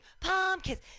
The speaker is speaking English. pumpkins